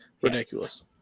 Ridiculous